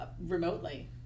remotely